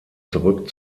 zurück